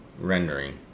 rendering